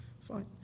Fine